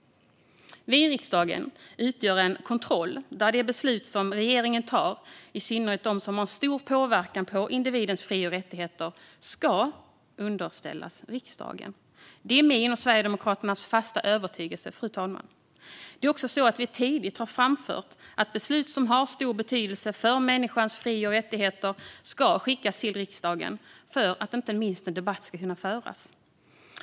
Vi i riksdagen utgör en kontroll. De beslut som regeringen fattar, och i synnerhet de som har en stor påverkan på individens fri och rättigheter, ska underställas riksdagen. Det är min och Sverigedemokraternas fasta övertygelse, fru talman. Det är också så att vi tidigt har framfört att beslut som har stor betydelse för människans fri och rättigheter ska skickas till riksdagen för att inte minst en debatt ska kunna föras.